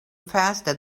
faster